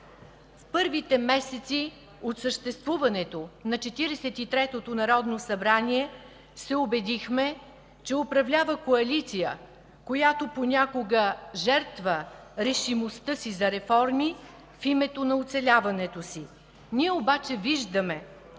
В първите месеци от съществуването на Четиридесет и третото народно събрание се убедихме, че управлява коалиция, която понякога жертва решимостта си за реформи в името на оцеляването си. Ние обаче виждаме